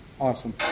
Awesome